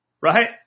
Right